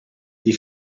you